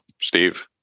Steve